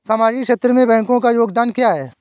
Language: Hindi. सामाजिक क्षेत्र में बैंकों का योगदान क्या है?